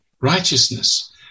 righteousness